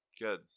Good